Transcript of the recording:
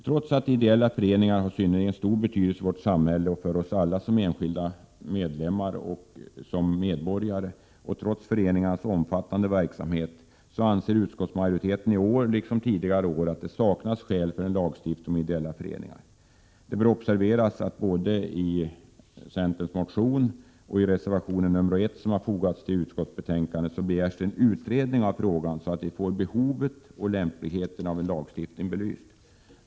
Trots att ideella föreningar har synnerligen stor betydelse i vårt samhälle och för oss alla som enskilda medlemmar och medborgare och trots föreningarnas omfattande verksamhet anser utskottsmajoriteten i år, liksom tidigare år, att det saknas skäl för en lagstiftning om ideella föreningar. Det bör observeras att det både i centerns motion och i reservation nr 1 som har fogats till utskottsbetänkandet begärs en utredning av frågan, så att behovet och lämpligheten av en lagstiftning blir belyst.